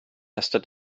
ystod